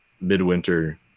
midwinter